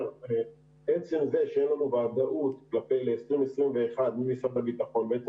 עצם זה שאין לנו ודאות ל-2021 ממשרד הביטחון ועצם